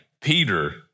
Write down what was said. Peter